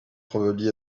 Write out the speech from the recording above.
probably